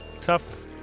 Tough